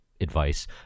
advice